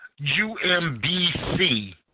UMBC